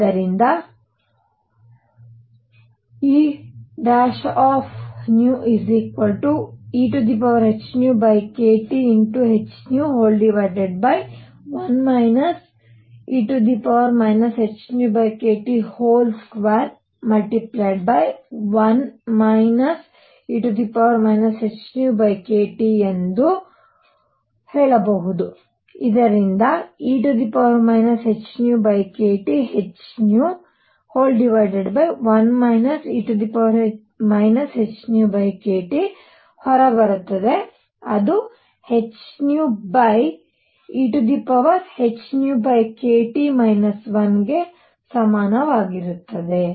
ಆದ್ದರಿಂದ Ee hνkThν 1 e hνkT21 e hνkT ಎಂದು e hνkThν 1 e hνkT ಹೊರಬರುತ್ತದೆ ಅದು hν ehνkT 1 ಗೆ ಸಮಾನವಾಗಿರುತ್ತದೆ